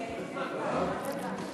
הנה, מה אתה רוצה?